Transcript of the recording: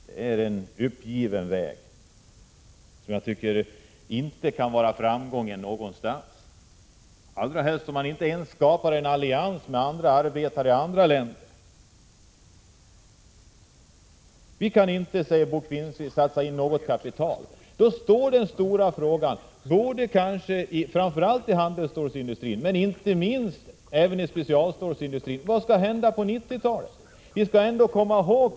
Det är en uppgivenhetens väg som jag inte tycker kan leda till framgång på något sätt, särskilt om man inte ens skapar en allians med arbetare i andra länder. Vi kan inte satsa något kapital, säger Bo Finnkvist. Men vad händer då med handelsstålsindustrin och specialstålsindustrin på 1990-talet?